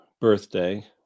birthday